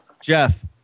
Jeff